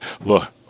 look